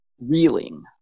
reeling